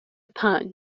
پنج